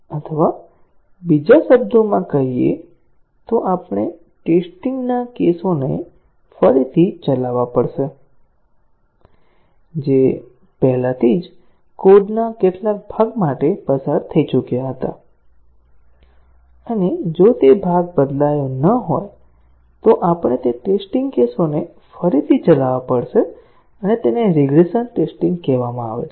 અથવા બીજા શબ્દોમાં કહીએ તો આપણે ટેસ્ટીંગ ના કેસોને ફરીથી ચલાવવા પડશે જે પહેલાથી જ કોડના કેટલાક ભાગ માટે પસાર થઈ ચૂક્યા હતા અને જો તે ભાગ બદલાયો ન હોય તો પણ આપણે તે ટેસ્ટીંગ કેસોને ફરીથી ચલાવવા પડશે અને તેને રિગ્રેસન ટેસ્ટીંગ કહેવામાં આવે છે